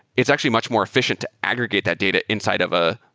it's actually much more efficient to aggregate that data inside of a